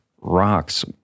rocks